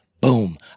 Boom